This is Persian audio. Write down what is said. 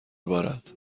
بارد